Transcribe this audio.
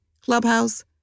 Clubhouse